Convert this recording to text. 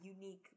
unique